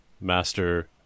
Master